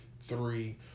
three